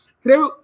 Today